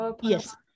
Yes